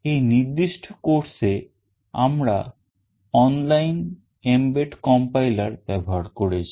এই নির্দিষ্ট কোর্সে আমরা online mbed compiler ব্যবহার করেছি